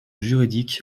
juridique